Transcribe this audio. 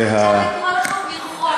אז אפשר לקרוא לך פרחון.